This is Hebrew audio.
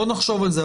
בואו נחשוב על זה.